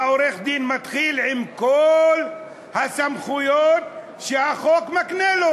והעורך-דין מתחיל עם כל הסמכויות שהחוק מקנה לו,